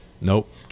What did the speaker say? Nope